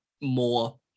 more